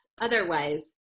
Otherwise